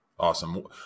Awesome